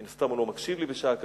מן הסתם הוא לא מקשיב לי בשעה כזאת,